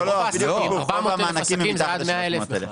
לא, רוב העסקים הם קטנים.